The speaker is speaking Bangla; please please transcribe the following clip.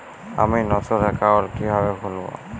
আমি নতুন অ্যাকাউন্ট কিভাবে খুলব?